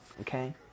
okay